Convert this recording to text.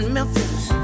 Memphis